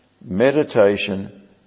meditation